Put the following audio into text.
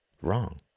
wrong